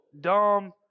dumb